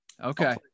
Okay